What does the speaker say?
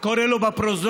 קורה לו בפרוזדור,